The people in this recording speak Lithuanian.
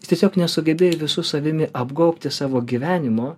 jis tiesiog nesugebėjo visu savimi apgaubti savo gyvenimo